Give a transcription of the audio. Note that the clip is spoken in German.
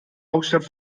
hauptstadt